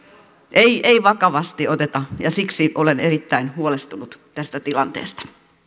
ei ei vakavasti oteta ja siksi olen erittäin huolestunut tästä tilanteesta